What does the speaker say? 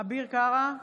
אביר קארה,